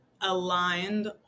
aligned